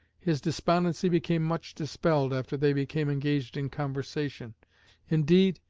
his despondency became much dispelled after they became engaged in conversation indeed,